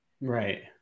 right